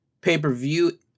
pay-per-view